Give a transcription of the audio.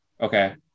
okay